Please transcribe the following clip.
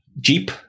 Jeep